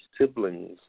siblings